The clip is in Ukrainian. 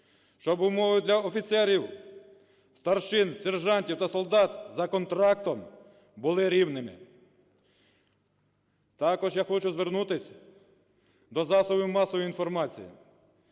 щоб умови для офіцерів, старшин, сержантів та солдат за контрактом були рівними. Також я хочу звернутися до засобів масової інформації,